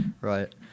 right